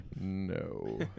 no